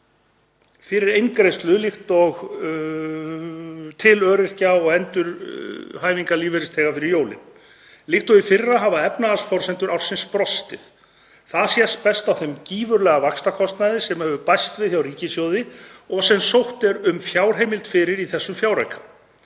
fyrir eingreiðslu til öryrkja og endurhæfingarlífeyrisþega fyrir jólin. Líkt og í fyrra hafa efnahagsforsendur ársins brostið; það sést best á þeim gífurlega vaxtakostnaði sem hefur bæst við hjá ríkissjóði og sem sótt er um fjárheimild fyrir í þessum fjárauka.